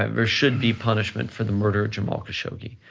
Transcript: um there should be punishment for the murder of jamal khashoggi.